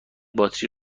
باتری